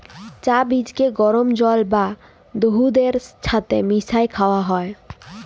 চাঁ বীজকে গরম জল বা দুহুদের ছাথে মিশাঁয় খাউয়া হ্যয়